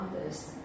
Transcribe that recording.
others